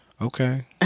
okay